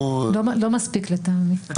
לא מספיק לטעמי.